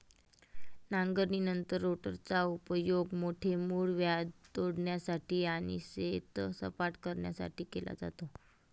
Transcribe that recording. नांगरणीनंतर रोलरचा उपयोग मोठे मूळव्याध तोडण्यासाठी आणि शेत सपाट करण्यासाठी केला जातो